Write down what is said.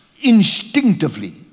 instinctively